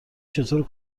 چطور